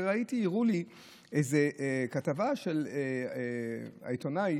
הראו לי איזה כתבה של העיתונאי,